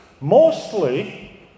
Mostly